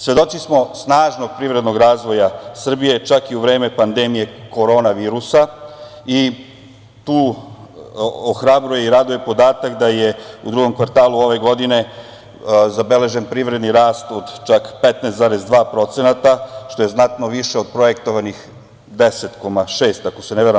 Svedoci smo snažnog privrednog razvoja Srbije čak i u vreme pandemije korona virusa i tu ohrabruje i raduje podatak da je u drugom kvartalu ove godine zabeležen privredni rast od čak 15,2%, što je znatno više od projektovanih 10,6%, ako se ne varam.